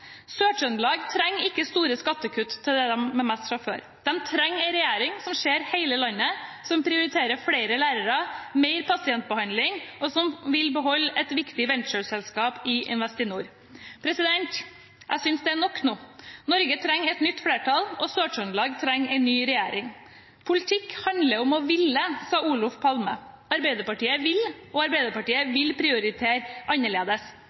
trenger ikke store skattekutt til dem med mest fra før. De trenger en regjering som ser hele landet, som prioriterer flere lærere og mer pasientbehandling, og som vil beholde et viktig ventureselskap i Investinor. Jeg synes det er nok nå. Norge trenger et nytt flertall, og Sør-Trøndelag trenger en ny regjering. Politikk handler om å ville, sa Olof Palme. Arbeiderpartiet vil, og Arbeiderpartiet vil prioritere annerledes.